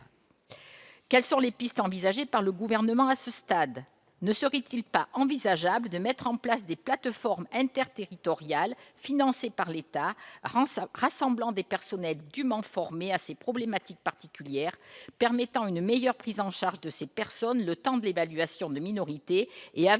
ce stade, les pistes envisagées par le Gouvernement ? Ne serait-il pas possible de mettre en place des plateformes interterritoriales, financées par l'État, rassemblant des personnels dûment formés à ces problématiques particulières, permettant une meilleure prise en charge de ces personnes le temps de l'évaluation de minorité et avant